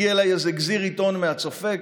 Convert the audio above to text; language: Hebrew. הגיע אליי איזה גזיר עיתון מהצופה,